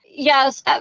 Yes